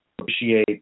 appreciate